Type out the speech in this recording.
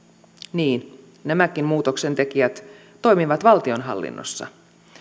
niin nämäkin muutoksentekijät toimivat valtionhallinnossa